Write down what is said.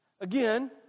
again